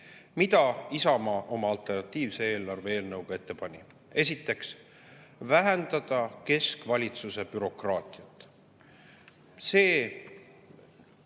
Isamaa oma alternatiivse eelarve eelnõuga ette pani? Esiteks, vähendada keskvalitsuse bürokraatiat. See